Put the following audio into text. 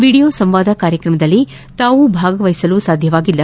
video ಸಂವಾದ ಕಾರ್ಯಮದಲ್ಲಿ ತಾವು ಭಾಗವಹಿಸಲು ಸಾಧ್ಯವಾಗಿಲ್ಲ